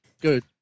good